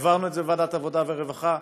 העברנו את זה בוועדת העבודה והרווחה,